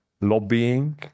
lobbying